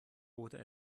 oder